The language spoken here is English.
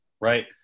right